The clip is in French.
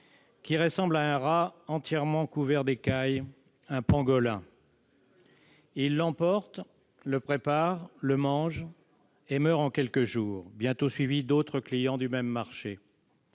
qui ressemble à un rat entièrement couvert d'écailles. Il l'emporte chez lui, le prépare, le mange et meurt en quelques jours, bientôt suivi par d'autres clients du même marché.